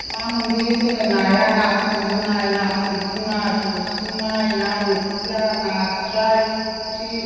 मा मोनबोयो जोङो नाया नाथुर जुनाइ नाथुर बिमा दुसुमाय ना बोथिया नास्राइ फिथिख्रि